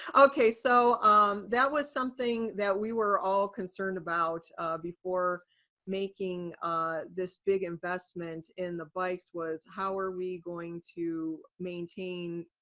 okay so that was something that we were all concerned about before making this big investment in the bikes was how were we going to maintain